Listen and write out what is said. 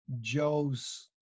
Joe's